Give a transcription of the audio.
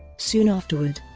soon afterward,